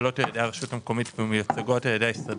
שמופעלות על ידי הרשות המקומית ומיוצגות על ידי ההסתדרות,